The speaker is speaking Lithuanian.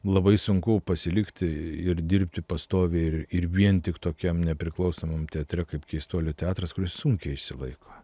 labai sunku pasilikti ir dirbti pastoviai irir vien tik tokiam nepriklausomam teatre kaip keistuolių teatras kuris sunkiai išsilaiko